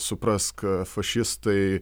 suprask fašistai